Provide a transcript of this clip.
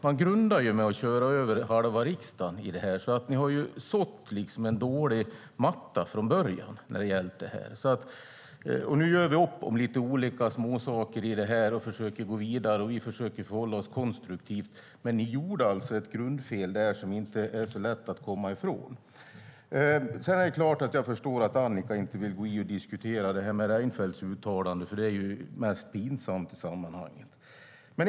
Man grundade med att köra över halva riksdagen i fråga om detta. Ni har alltså sått en dålig matta från början när det gäller detta. Nu gör vi upp om lite olika småsaker i detta och försöker gå vidare. Och vi försöker förhålla oss konstruktivt till detta. Men ni gjorde alltså ett grundfel som inte är så lätt att komma ifrån. Sedan är det klart att jag förstår att Annicka inte vill diskutera Reinfeldts uttalande. Det är mest pinsamt i sammanhanget.